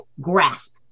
grasp